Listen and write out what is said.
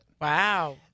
Wow